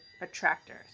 attractors